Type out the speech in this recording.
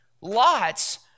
lots